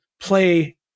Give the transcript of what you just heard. play